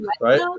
right